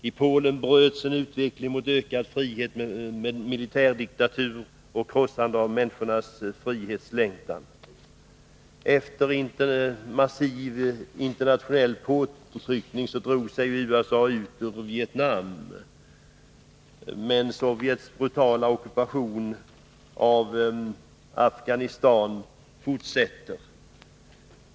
I Polen bröts en utveckling mot ökad frihet med militärdiktatur och krossande av människornas frihetslängtan. Efter massiv internationell påtryckning drog sig USA ut ur Vietnam, men Sovjets brutala ockupation av Afghanistan fortsätter.